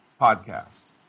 podcast